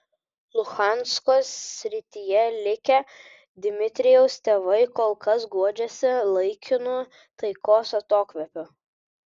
luhansko srityje likę dmitrijaus tėvai kol kas guodžiasi laikinu taikos atokvėpiu